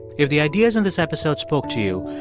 if the ideas in this episode spoke to you,